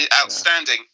outstanding